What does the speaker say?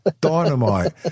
dynamite